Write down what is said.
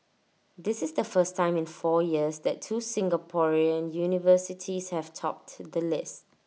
this is the first time in four years that two Singaporean universities have topped the list